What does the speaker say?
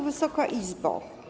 Wysoka Izbo!